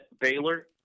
Baylor